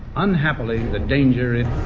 unhappily, the danger it